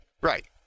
Right